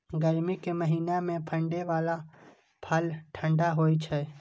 गर्मी के महीना मे फड़ै बला फल ठंढा होइ छै